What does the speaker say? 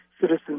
Citizens